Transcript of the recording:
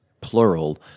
plural